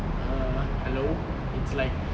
err hello it's like